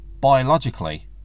Biologically